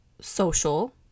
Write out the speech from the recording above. social